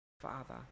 Father